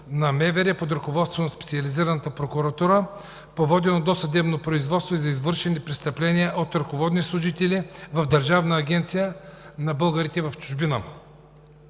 на МВР под ръководството на Специализираната прокуратура по водено досъдебно производство и за извършени престъпления от ръководни служители в Държавната агенция за българите в чужбина.